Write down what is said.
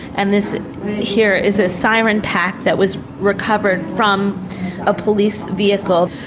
and this here is a siren pack that was recovered from a police vehicle.